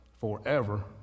Forever